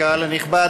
קהל נכבד,